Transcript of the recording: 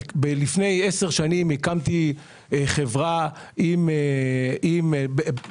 נניח שלפני עשר שנים הקמתי חברה עם אשתי,